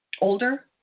older